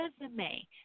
resume